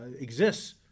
exists